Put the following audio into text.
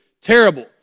terrible